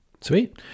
Sweet